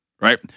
right